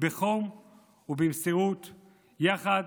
בחום ובמסירות יחד,